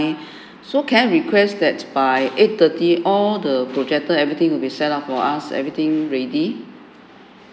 so can I request that by eight thirty all the projector everything will be set up for us everything ready